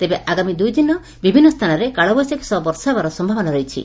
ତେବେ ଆଗାମୀ ଦୁଇଦିନ ବିଭିନ୍ ସ୍କାନରେ କାଳବୈଶାଖୀ ସହ ବର୍ଷା ହେବାର ସମ୍ଭାବନା ରହିଛି